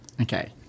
okay